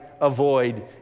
avoid